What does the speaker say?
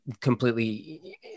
completely